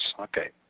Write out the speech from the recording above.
okay